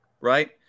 right